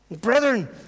Brethren